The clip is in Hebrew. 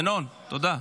ינון, תודה.